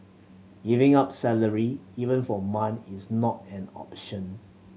giving up salary even for a month is not an option